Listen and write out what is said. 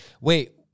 Wait